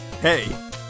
hey